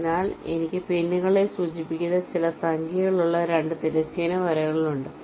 അതിനാൽ എനിക്ക് പിന്നുകളെ സൂചിപ്പിക്കുന്ന ചില സംഖ്യകളുള്ള 2 തിരശ്ചീന വരകളുണ്ട്